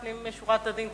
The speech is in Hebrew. לפנים משורת הדין,